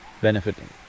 benefiting